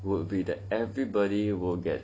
would be that everybody will get